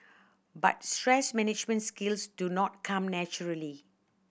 but stress management skills do not come naturally